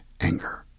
anger